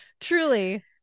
truly